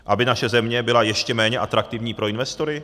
Aby naše země byla ještě méně atraktivní pro investory?